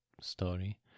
story